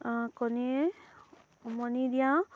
কণীয়ে উমনি দিয়াওঁ